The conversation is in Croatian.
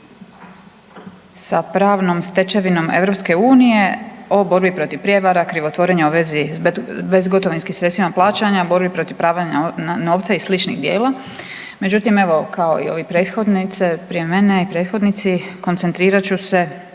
sa pravnom stečevinom EU o borbi protiv prijevara, krivotvorenja bezgotovinskim sredstvima plaćanja, borbi protiv pranja novca i sličnih dijela, međutim evo kao i ove prethodnice prije mene i prethodnici koncentrirat ću se